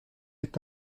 est